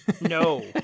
No